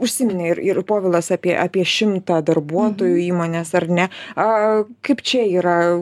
užsiminė ir ir povilas apie apie šimtą darbuotojų įmonės ar ne aaa kaip čia yra